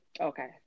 Okay